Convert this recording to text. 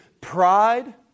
pride